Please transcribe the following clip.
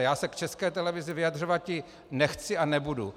Já se k České televizi vyjadřovati nechci a nebudu.